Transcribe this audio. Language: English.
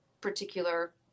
particular